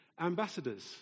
ambassadors